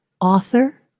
author